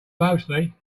mostly